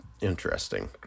interesting